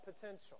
potential